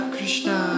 Krishna